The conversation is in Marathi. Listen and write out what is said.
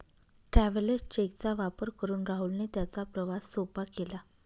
ट्रॅव्हलर्स चेक चा वापर करून राहुलने त्याचा प्रवास सोपा केला